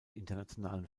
internationalen